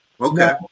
Okay